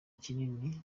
kinini